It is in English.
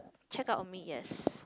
check out on me yes